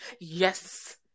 Yes